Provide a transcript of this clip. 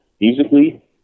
musically